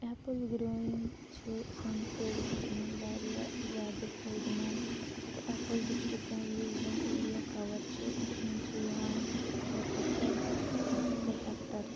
apple growing چھِ سٲنِس ایرِیاہَس منٛز واریاہ زیادٕ فٲیِدٕمنٛد تہٕ ایپُل ڈِسٹِرکَن یُس زَن ایرِیا کَوَر چھِ تَتھ منٛز چھِ یِوان شتوُہ ساس زٕ ہَتھ اَکترٕٛہ ہیٚکٹَر